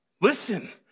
Listen